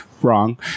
Wrong